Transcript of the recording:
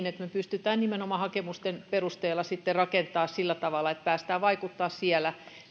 että me pystymme nimenomaan hakemusten perusteella sitten rakentamaan sillä tavalla että pääsemme vaikuttamaan siellä